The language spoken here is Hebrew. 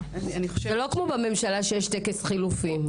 זה לא כמו בממשלה, שיש טקס חילופים.